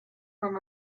from